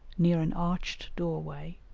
near an arched doorway,